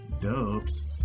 dubs